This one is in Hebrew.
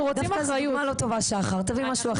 דווקא זאת דוגמה לא טובה שחר, תביאי משהו אחר.